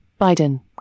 Biden